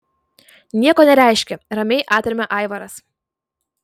nieko nereiškia ramiai atremia aivaras